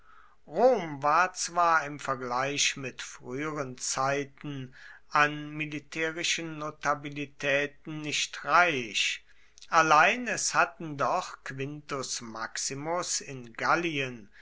rom war zwar im vergleich mit früheren zeiten an militärischen notabilitäten nicht reich allein es hatten doch quintus maximus in gallien